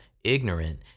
ignorant